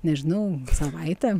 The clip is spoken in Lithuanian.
nežinau savaitę